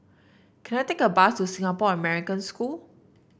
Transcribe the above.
can I take a bus to Singapore American School